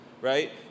right